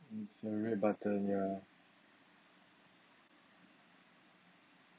it's a red button ya